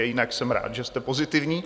Jinak jsem rád, že jste pozitivní.